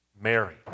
Mary